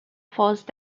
force